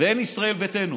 ואין ישראל ביתנו.